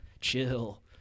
chill